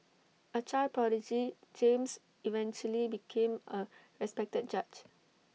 A child prodigy James eventually became A respected judge